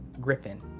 Griffin